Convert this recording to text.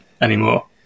anymore